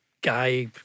guy